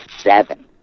seven